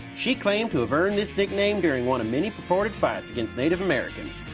she claimed to have earned this nickname during one of many purported fights against native americans.